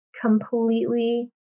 Completely